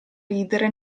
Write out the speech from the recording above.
ridere